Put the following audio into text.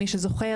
מי שזוכר,